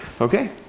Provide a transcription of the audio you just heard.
Okay